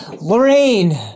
Lorraine